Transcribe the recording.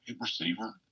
receiver